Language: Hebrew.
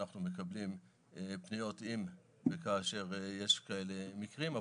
שאנחנו מקבלים פניות אם וכאשר יש כאלה מקרים.